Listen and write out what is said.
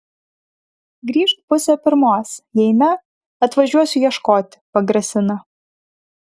grįžk pusę pirmos jei ne atvažiuosiu ieškoti pagrasina